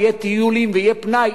ויהיו טיולים ויהיה פנאי,